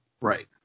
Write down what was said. Right